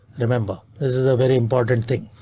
remember this is a very important thing.